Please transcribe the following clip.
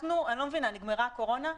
אני לא מבינה, נגמרה הקורונה?